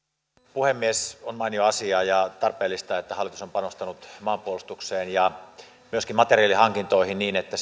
puhemies on mainio asia ja tarpeellista että hallitus on panostanut maanpuolustukseen ja myöskin materiaalihankintoihin niin että